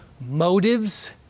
Motives